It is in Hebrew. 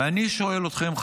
ואני שואל אתכם,